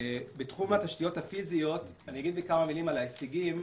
בתחום התשתיות הפיזיות אני אגיד בכמה מילים על ההישגים.